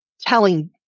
telling